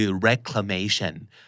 reclamation